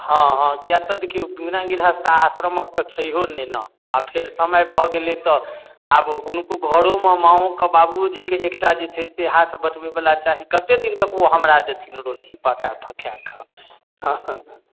हॅं हॅं किएकि तऽ दखियौ बिना गृहस्ताश्रमके तऽ छैयो नहि ने आ फेर समय भऽ गेलै तऽ आब हुनको घरो मे माँओ के बाबुओ जी के एकटा जे छै हाथ बटबै बला चाही कते दिन तक ओ हमरा देथिन रोटी पका पका कऽ हँ हँ